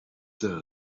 der